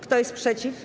Kto jest przeciw?